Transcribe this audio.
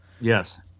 Yes